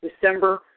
December